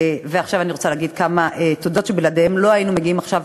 ועכשיו אני רוצה להגיד כמה תודות שבלעדיהן לא היינו מגיעים עכשיו,